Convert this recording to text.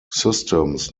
systems